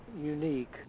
unique